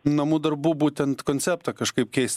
namų darbų būtent konceptą kažkaip keist